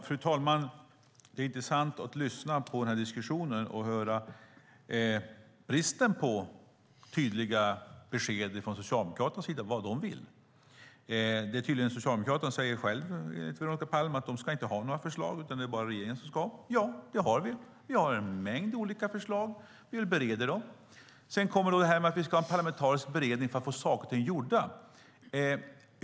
Fru talman! Det är intressant att lyssna på den här diskussionen och höra bristen på tydliga besked från Socialdemokraterna om vad de vill. Enligt Veronica Palm säger Socialdemokraterna att de inte ska ha några förslag, utan det är bara regeringen som ska ha det. Ja, det har vi i regeringen. Vi har en mängd olika förslag. Vi bereder dem. Sedan kommer detta om en parlamentarisk beredning för att få saker och ting gjorda.